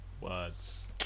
words